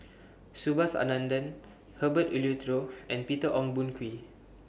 Subhas Anandan Herbert Eleuterio and Peter Ong Boon Kwee